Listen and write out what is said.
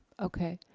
okay.